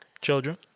children